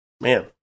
Man